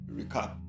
recap